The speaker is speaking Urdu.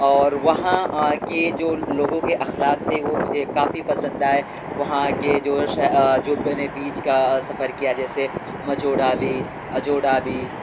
اور وہاں کے جو لوگوں کے اخلاق تھے وہ مجھے کافی پسند آئے وہاں کے جو جو میں نے بیچ کا سفر کیا جیسے مجوڑا بیچ اجوڑا بیچ